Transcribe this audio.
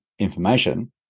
information